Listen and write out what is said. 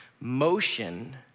Motion